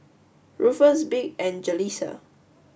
Ruffus Vic and Jaleesa